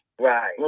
Right